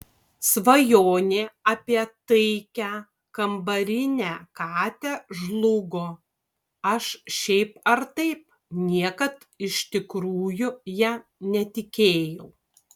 svajonė apie taikią kambarinę katę žlugo aš šiaip ar taip niekad iš tikrųjų ja netikėjau